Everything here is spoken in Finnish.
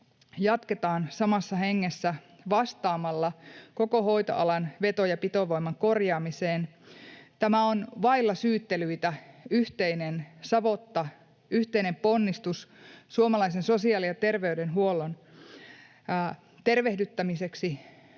Jatketaan samassa hengessä vastaamalla koko hoitoalan veto- ja pitovoiman korjaamiseen. Tämä on, vailla syyttelyitä, yhteinen savotta ja yhteinen ponnistus suomalaisen sosiaali- ja terveydenhuollon tervehdyttämiseksi